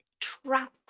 Trust